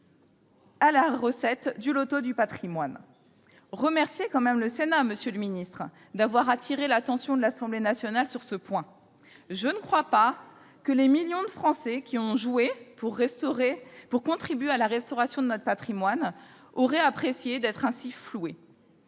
à la recette du loto du patrimoine. Remerciez le Sénat, monsieur le secrétaire d'État, d'avoir attiré l'attention de l'Assemblée nationale sur ce point. Je ne crois pas que les millions de Français qui ont joué pour contribuer à la restauration de notre patrimoine auraient apprécié d'être ainsi floués